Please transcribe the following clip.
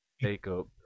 Jacob